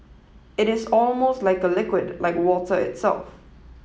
it is almost like a liquid like water itself